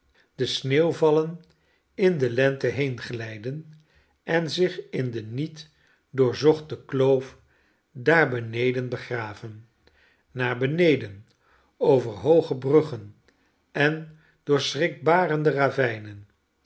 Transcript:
de sneeuwvallen in de lente heenglijden en zich in de niet doorzochte kloof daar beneden begraven naar beneden over hooge bruggen en door schrikbarende ravijnen